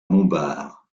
montbard